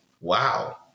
wow